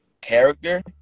Character